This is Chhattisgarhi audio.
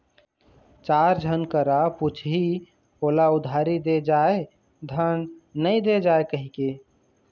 चार झन करा पुछही ओला उधारी दे जाय धन नइ दे जाय कहिके